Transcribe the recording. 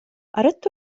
أردت